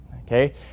Okay